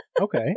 Okay